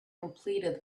completed